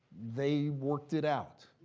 they worked it out.